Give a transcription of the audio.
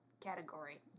category